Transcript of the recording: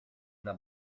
una